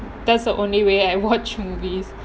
that's the only way I watch movies